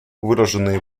выраженные